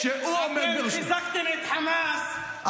אתם גם עם הליכוד לא רציתם לשבת.